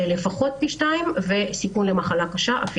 לפחות פי 2. בסיכון למחלה קשה,